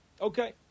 Okay